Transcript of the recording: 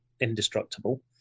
indestructible